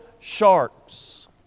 sharks